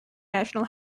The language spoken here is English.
national